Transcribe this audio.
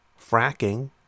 fracking